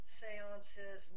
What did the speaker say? seances